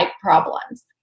problems